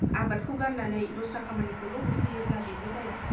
आबादखौ गारनानै दस्रा खामानिखौल' होयोब्ला बेबो जाया